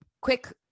quick